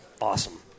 Awesome